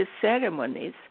ceremonies